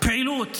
פעילות